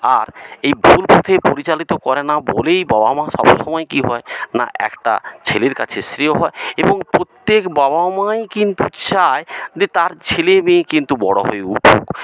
আর এই ভুল পথে পরিচালিত করে না বলেই বাবা মা সব সময় কী হয় না একটা ছেলের কাছে শ্রেয় হয় এবং প্রত্যেক বাবা মাই কিন্তু চায় যে তার ছেলে মেয়ে কিন্তু বড় হয়ে উঠুক